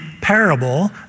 parable